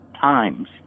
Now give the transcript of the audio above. times